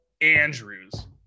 Andrews